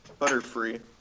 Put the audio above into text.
Butterfree